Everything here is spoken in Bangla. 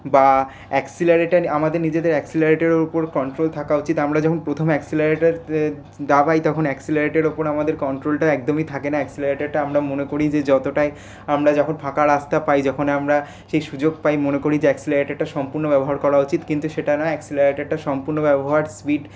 বা অ্যাকসিলারেটার আমাদের নিজেদের অ্যাকসিলারেটারের উপর কন্ট্রোল থাকা উচিৎ আমরা যখন প্রথম অ্যাকসিলারেটার দাবাই তখন অ্যাকসিলারেটারের ওপর আমাদের কন্ট্রোলটা একদমই থাকে না অ্যাকসিলারেটারটা আমরা মনে করি যে যতটাই আমরা যখন ফাঁকা রাস্তা পাই যখনই আমরা সেই সুযোগ পাই মনে করি যে অ্যাকসিলারেটারটা সম্পূর্ণ ব্যবহার করা উচিৎ কিন্তু সেটা না অ্যাকসিলারেটারটা সম্পূর্ণ ব্যবহার স্পিড